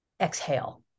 exhale